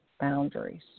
boundaries